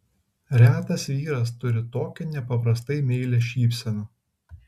retas vyras turi tokią nepaprastai meilią šypseną